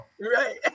right